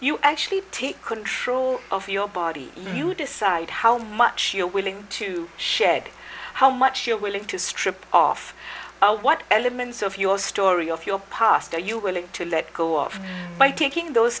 you actually take control of your body you decide how much you're willing to shed how much you're willing to strip off what elements of your story of your past are you willing to let go of by taking those